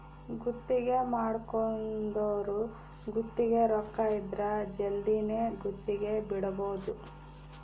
ಗುತ್ತಿಗೆ ಮಾಡ್ಕೊಂದೊರು ಗುತ್ತಿಗೆ ರೊಕ್ಕ ಇದ್ರ ಜಲ್ದಿನೆ ಗುತ್ತಿಗೆ ಬಿಡಬೋದು